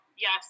yes